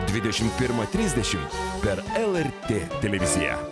dvidešimt pirmą trisdešimt per lrt televiziją